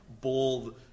bold